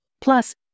plus